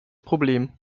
problem